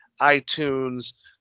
iTunes